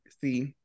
See